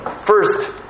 first